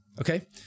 Okay